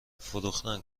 فروختن